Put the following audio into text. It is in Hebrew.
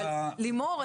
לימור,